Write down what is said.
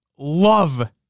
Love